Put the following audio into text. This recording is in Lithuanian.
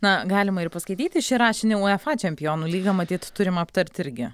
na galima ir paskaityti šį rašinį uefa čempionų lygą matyt turim aptarti irgi